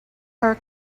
her